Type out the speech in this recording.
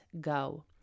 go